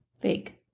Big